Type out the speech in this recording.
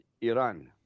Iran